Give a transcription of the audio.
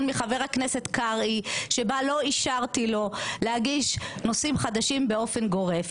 מחבר הכנסת קרעי שבה לא אישרתי לו להגיש נושאים חדשים באופן גורף.